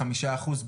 בחמישה אחוז.